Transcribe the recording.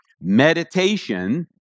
Meditation